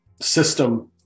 system